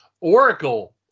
Oracle